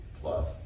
plus